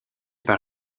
par